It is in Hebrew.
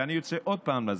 ואני רוצה עוד פעם להסביר: